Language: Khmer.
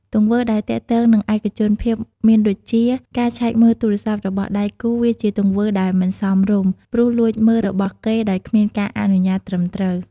ទង្វើដែលទាក់ទងនឹងឯកជនភាពមានដូចជា ការឆែកមើលទូរស័ព្ទរបស់ដៃគូរ វាជាទង្វើដែលមិនសមរម្យ ព្រោះលួចមើលរបស់គេដោយគ្មានការអនុញ្ញាតត្រឹមត្រូវ។